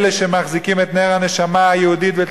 אלה שמחזיקים את נר הנשמה היהודית ואת